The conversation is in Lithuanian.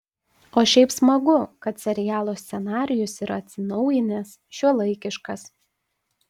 o šiaip smagu kad serialo scenarijus yra atsinaujinęs šiuolaikiškas